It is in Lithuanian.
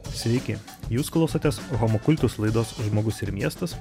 sveiki jūs klausotės homo kultus laidos žmogus ir miestas